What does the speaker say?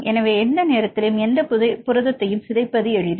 எனவே எந்த நேரத்திலும் எந்த புரதத்தையும் சிதைப்பது எளிது